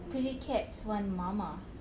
pretty cats want mama